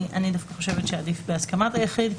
אני דווקא חושבת שעדיף בהסכמת היחיד.